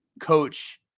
coach